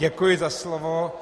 Děkuji za slovo.